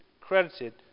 credited